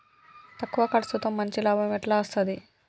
తక్కువ కర్సుతో మంచి లాభం ఎట్ల అస్తది?